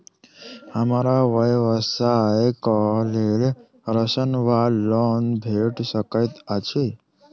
हमरा व्यवसाय कऽ लेल ऋण वा लोन भेट सकैत अछि?